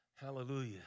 Hallelujah